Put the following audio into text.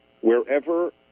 Wherever